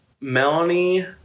Melanie